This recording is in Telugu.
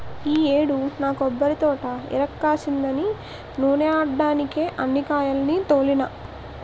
ఈ యేడు నా కొబ్బరితోట ఇరక్కాసిందని నూనే ఆడడ్డానికే అన్ని కాయాల్ని తోలినా